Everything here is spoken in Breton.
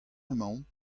emaomp